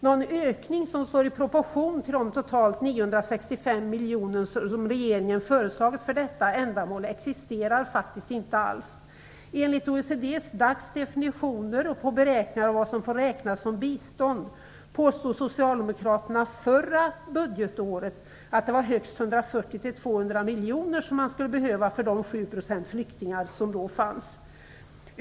Någon ökning som står i proportion till de totalt 965 miljoner som regeringen föreslagit för detta ändamål existerar faktiskt inte alls. Enligt OECD:s/DAC:s definitioner och beräkningar av vad som får räknas som bistånd påstod 140-200 miljoner som man skulle behöva för de 7 % flyktingar som då fanns.